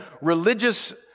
religious